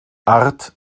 art